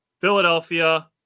Philadelphia